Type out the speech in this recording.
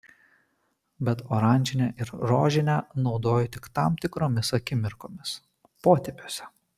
bet oranžinę ir rožinę naudoju tik tam tikromis akimirkomis potėpiuose